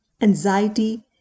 anxiety